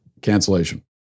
cancellation